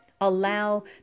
allow